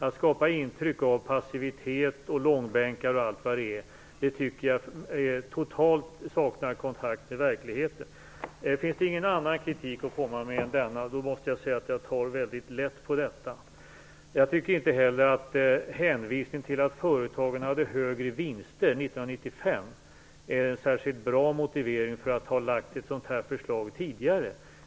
Att skapa intryck av passivitet, långbänkar och allt vad det är saknar totalt kontakt med verkligheten. Finns det ingen annan kritik att komma med än denna, tar jag väldigt lätt på den. Jag tycker inte heller att hänvisningen till att företagen hade högre vinster 1995 är en särskilt bra motivering för att lägga fram ett sådant här förslag tidigare.